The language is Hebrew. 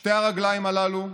שתי הרגליים הללו,